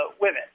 women